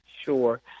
sure